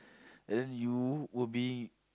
and then you were being